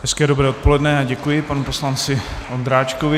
Hezké dobré odpoledne a děkuji panu poslanci Ondráčkovi.